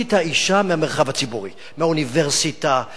את האשה מהמרחב הציבורי: מהאוניברסיטה,